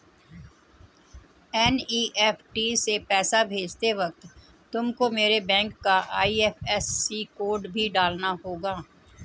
NEFT से पैसा भेजते वक्त तुमको मेरे बैंक का आई.एफ.एस.सी कोड भी डालना होगा